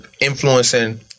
influencing